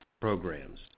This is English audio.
programs